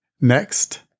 next